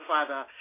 Father